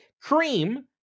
Cream